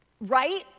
Right